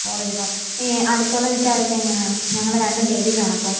കോളേജിൽ പോകാൻ ഈ അടുത്തുള്ള വീട്ടുകാരൊക്കെ എങ്ങനെയാണ് ഞങ്ങൾ രണ്ടും ലേഡിസ് ആണ് അപ്പം